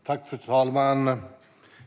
Svar på interpellationer Fru talman!